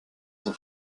son